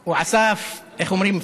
הוא עשה, איך אומרים,